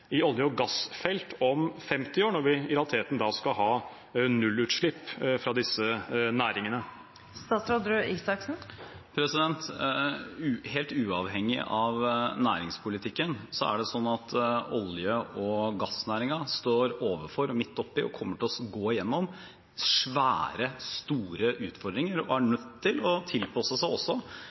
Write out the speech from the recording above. i olje- og gassfelt om 50 år, når vi i realiteten da skal ha nullutslipp fra disse næringene. Helt uavhengig av næringspolitikken er det slik at olje- og gassnæringen står overfor og midt oppi, og kommer til å gå gjennom, svære, store utfordringer og er nødt til å tilpasse seg også